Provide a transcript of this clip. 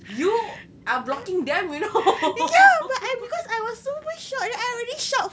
you are blocking them you know